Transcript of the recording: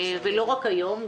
ולא רק היום,